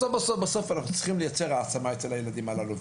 בסוף אנחנו צריכים לייצר העצמה אצל הילדים הללו.